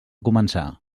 començar